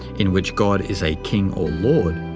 in which god is a king or lord,